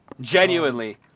Genuinely